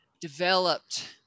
developed